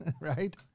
Right